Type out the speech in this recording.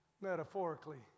metaphorically